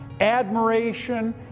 admiration